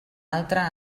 altre